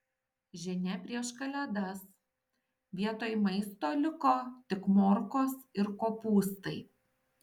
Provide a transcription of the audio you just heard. žinia prieš kalėdas vietoj maisto liko tik morkos ir kopūstai